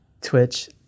twitch